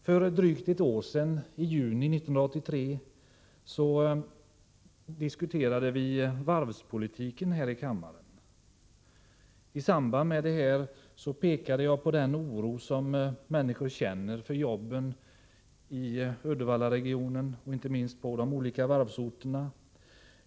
För drygt ett år sedan, i juni 1983, diskuterade vi varvspolitiken här i kammaren. Jag pekade då på den oro som människor känner för jobben i Uddevallaregionen och på de andra varvsorterna.